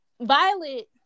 Violet